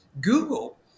Google